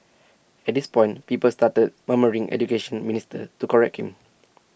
at this point people started murmuring Education Minister to correct him